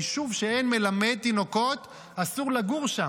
יישוב שאין בו מלמד תינוקות, אסור לגור שם.